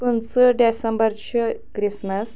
پٕنٛژٕ ڈٮ۪سمبر چھُ کرسمس